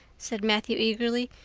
said matthew eagerly.